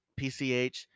pch